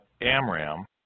Amram